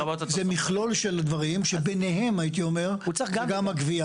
אני חושב שזה מכלול של דברים שביניהם הייתי אומר גם הגבייה.